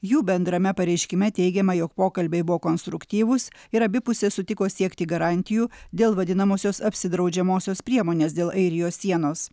jų bendrame pareiškime teigiama jog pokalbiai buvo konstruktyvūs ir abi pusės sutiko siekti garantijų dėl vadinamosios apsidraudžiamosios priemonės dėl airijos sienos